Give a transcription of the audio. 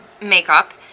makeup